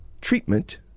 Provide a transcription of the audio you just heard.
treatment